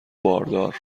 باردار